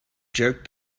jerk